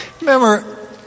remember